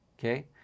Okay